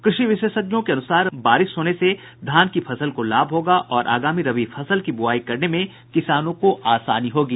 कृषि विशेषज्ञों के अनुसार बारिश होने से धान की फसल को लाभ होगा और आगामी रबी फसल की बुआई करने में किसानों को आसानी होगी